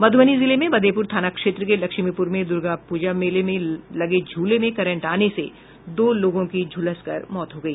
मधुबनी जिले में मधेपुर थाना क्षेत्र के लक्ष्मीपुर में दुर्गापूजा मेले में लगे झूले में करंट आने से दो लोगों की झुलसकर मौत हो गई